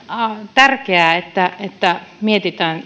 tärkeää että että mietitään